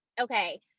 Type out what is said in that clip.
okay